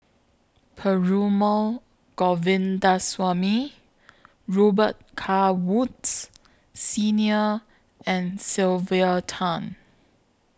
Perumal Govindaswamy Robet Carr Woods Senior and Sylvia Tan